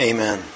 Amen